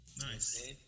Nice